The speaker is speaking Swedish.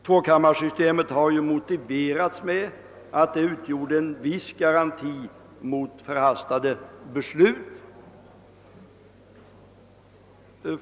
Tvåkammarsystemet har motiverats med att det utgjort en viss garanti mot förhastade beslut.